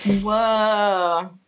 Whoa